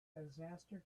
disaster